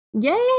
Yay